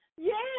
Yes